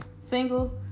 single